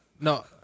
No